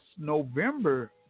November